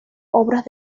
obras